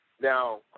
Now